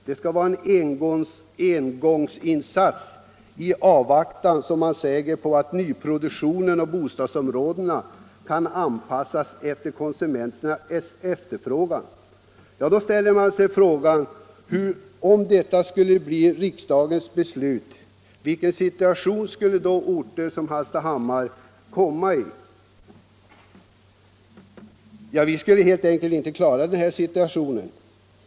Det skall vara en engångsinsats i avvaktan på att nyproduktionen i bostadsområdena kan anpassas efter konsumenternas efterfrågan. Jag ställer mig då frågan: Om detta yrkande skulle bli riksdagens beslut, vilken situation skulle då sådana orter som Hallstahammar råka i? Jo, vi skulle helt enkelt inte kunna klara situationen.